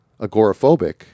agoraphobic